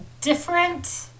different